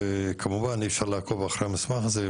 כמובן אי אפשר לעקוב אחרי המסמך הזה,